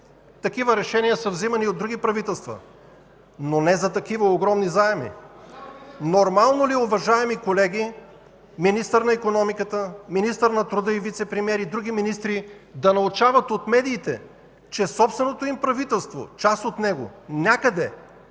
Такива решения са вземани и от други правителства, но не за такива огромни заеми. Нормално ли е, уважаеми колеги, министър на икономиката, министър на труда и вицепремиер, и други министри да научават от медиите, че собственото му правителство, част от него, някъде